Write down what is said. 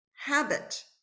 habit